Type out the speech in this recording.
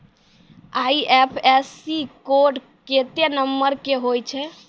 IFSC code केत्ते number के होय छै